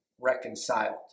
reconciled